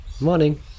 Morning